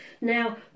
Now